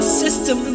system